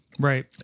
Right